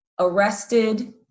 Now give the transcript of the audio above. arrested